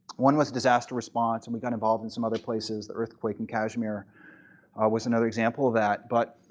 one was disaster response. and we got involved in some other places, the earthquake in kashmir was another example of that. but